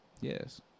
Yes